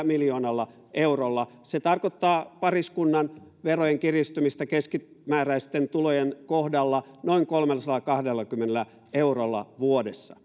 miljoonalla eurolla se tarkoittaa pariskunnan verojen kiristymistä keskimääräisten tulojen kohdalla noin kolmellasadallakahdellakymmenellä eurolla vuodessa